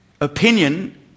opinion